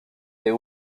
est